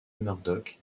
murdoch